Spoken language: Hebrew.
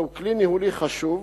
זהו כלי ניהולי חשוב,